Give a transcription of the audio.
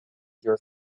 dear